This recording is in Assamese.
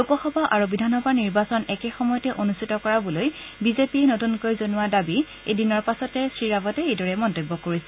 লোকসভা আৰু বিধানসভাৰ নিৰ্বাচন একে সময়তে অনুষ্ঠিত কৰাবলৈ বিজেপিয়ে নতুনকৈ জনোৱা দাবীৰ এদিনৰ পাছতে শ্ৰী ৰাৱাটে এইদৰে মন্তব্য কৰিছে